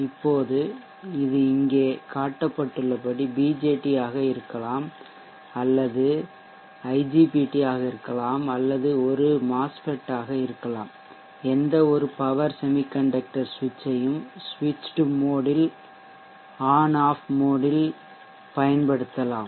இப்போது இது இங்கே காட்டப்பட்டுள்ளபடி BJT ஆக இருக்கலாம் அல்லது இது ஒரு IGBT ஆக இருக்கலாம் அல்லது அது ஒரு MOSFET ஆக இருக்கலாம் எந்த ஒரு பவர் செமிகண்டக்ட்டர் சுவிட்ச் ஐயும் சுவிட்ச்டு மோட் இல் ஆன் ஆஃப் மோட் இல் பயன்படுத்தலாம்